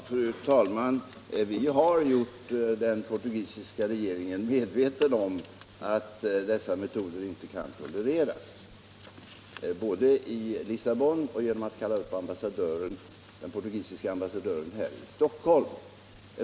Fru talman! Vi har gjort den portugisiska regeringen medveten om att dessa metoder inte kan tolereras. Det har vi gjort både i Lissabon och genom att kalla upp den portugisiska ambassadören här i Stockholm.